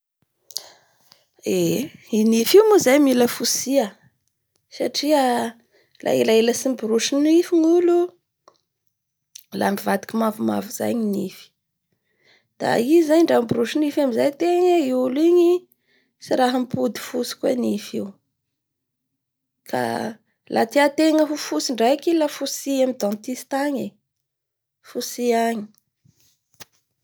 Ehe! I nify io moa zay mila fotsia satria la elaela tsy niboroso nify ny olo la mivadiky mavomavo zay ny nify. Da i zany ndra miborosy nify amizay ategna, i olo io, tsy raha mipody fotsy koa i nify io. Ka la tiategna ho fotsy draiky i la fotsia amin'ny dentiste agny. Fotsia agny.